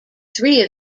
three